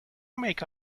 make